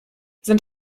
sind